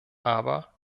aber